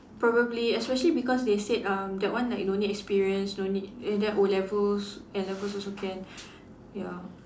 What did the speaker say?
probably especially because they said um that one like no need experience no need err then O-levels N-levels also can ya